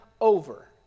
over